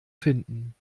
finden